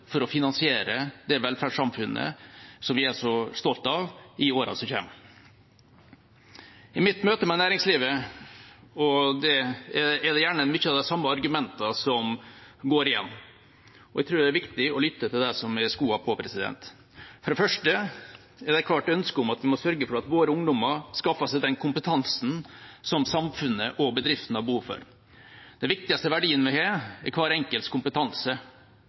for å finansiere det velferdssamfunnet som vi er så stolte av, i årene som kommer. I mitt møte med næringslivet er det gjerne mange av de samme argumentene som går igjen, og jeg tror det er viktig å lytte til dem som har skoene på. For det første er det et klart ønske om at vi må sørge for at våre ungdommer skaffer seg den kompetansen som samfunnet og bedriftene har behov for. Den viktigste verdien vi har, er kompetansen til hver